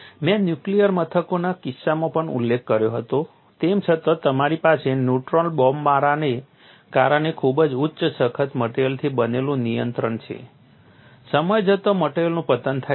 મેં નુક્લિયર મથકોના કિસ્સામાં પણ ઉલ્લેખ કર્યો હતો તેમ છતાં તમારી પાસે ન્યુટ્રોન બોમ્બમારાને કારણે ખૂબ જ ઉચ્ચ સખત મટેરીઅલથી બનેલું નિયંત્રણ છે સમય જતાં મટેરીઅલનું પતન થાય છે